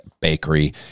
Bakery